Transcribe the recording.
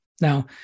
Now